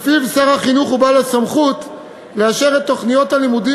שלפיו שר החינוך הוא בעל הסמכות לאשר את תוכניות הלימודים